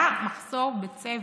היה מחסור בצוות.